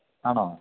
ആണോ